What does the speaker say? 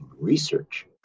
research